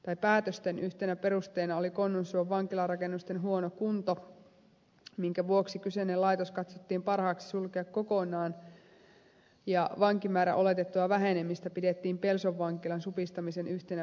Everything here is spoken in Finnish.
päätösten yhtenä perusteena oli konnunsuon vankilarakennusten huono kunto minkä vuoksi kyseinen laitos katsottiin parhaaksi sulkea kokonaan ja vankimäärän oletettua vähenemistä pidettiin pelson vankilan supistamisen yhtenä perusteena